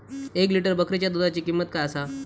एक लिटर बकरीच्या दुधाची किंमत काय आसा?